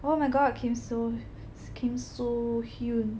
oh my god Kim-Soo Kim-Soo-Hyun